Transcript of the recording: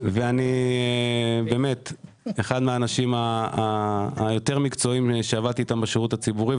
אחד האנשים המקצועיים יותר שעבדתי איתם בשירות הציבורי.